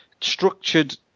structured